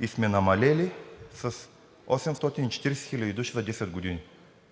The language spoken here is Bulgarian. и сме намалели с 840 000 души за 10 години.